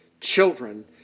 children